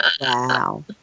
wow